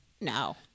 No